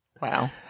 Wow